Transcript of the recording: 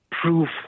proof